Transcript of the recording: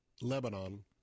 Lebanon